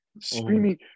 screaming